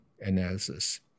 analysis